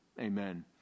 Amen